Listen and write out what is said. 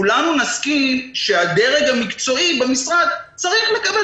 כולנו נסכים שהדרג המקצועי במשרד צריך לקבל